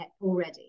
already